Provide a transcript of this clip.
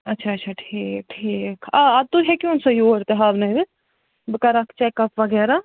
آچھا آچھا ٹھیٖک ٹھیٖک آ ادٕ تُہۍ ہیٚکہِ ہوٗن سۄ یور تہِ ہاونٲیِتھ بہٕ کَرَکھ چیٚک اَپ وغیرہ